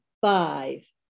five